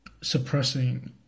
suppressing